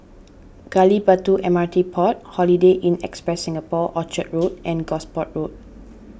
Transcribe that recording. Gali Batu M R T pot Holiday Inn Express Singapore Orchard Road and Gosport Road